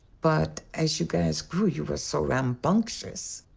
but as you guys grew, you were so rambunctious.